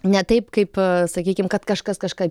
ne taip kaip sakykim kad kažkas kažką